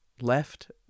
left